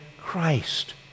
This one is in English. Christ